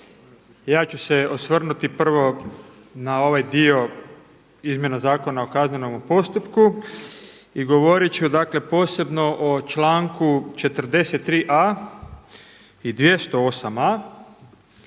Ja ću se osvrnuti prvo na ovaj dio Izmjena zakona o kaznenome postupku i govoriti ću dakle posebno o članku 43.a i 208.a.